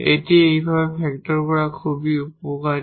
এটিকে এইভাবে ফ্যাক্টর করা খুবই উপকারী